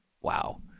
Wow